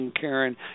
Karen